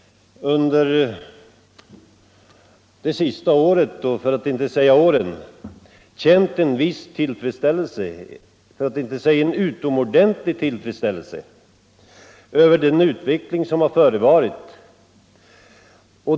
Under det senaste året — för att inte säga de senaste åren — har jag känt stor tillfredsställelse över den utveckling som förevarit.